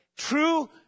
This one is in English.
True